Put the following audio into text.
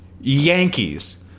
Yankees